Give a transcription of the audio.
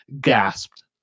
gasped